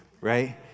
right